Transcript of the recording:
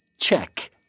Check